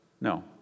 No